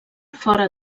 fora